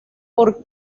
por